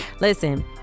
listen